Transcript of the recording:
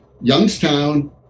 Youngstown